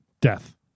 death